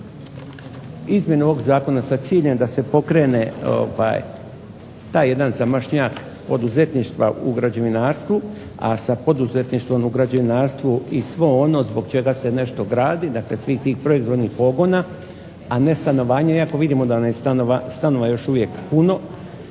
izmjene ovog zakona sa ciljem da se pokrene taj jedan zamašnjak poduzetništva u građevinarstvu, a sa …/Loša snimka, ne čuje se./… u građevinarstvu i sve ono zbog čega se nešto gradi, dakle svih tih proizvodnih pogona, a ne stanovanja iako vidimo da nam je stanova još uvijek puno,